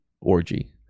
orgy